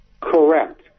Correct